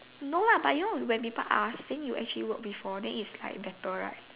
no lah but you know when people ask before then is like better right